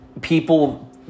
people